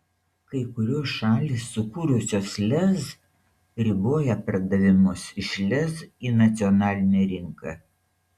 kai kurios šalys sukūrusios lez riboja pardavimus iš lez į nacionalinę rinką